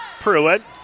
Pruitt